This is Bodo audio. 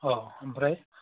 अह ओमफ्राय